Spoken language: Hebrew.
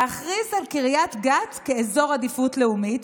להכריז על קריית גת כאזור עדיפות לאומית